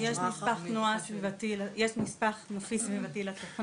יש נספח נופי סביבתי לתוכנית